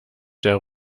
der